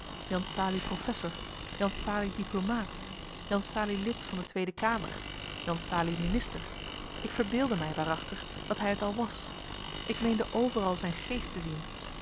jan salie professor jan salie diplomaat jan salie lid van de tweede kamer jan salie minister ik verbeeldde mij waarachtig dat hij het al was ik meende overal zijn geest te zien